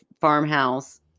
farmhouse